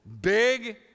Big